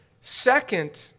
second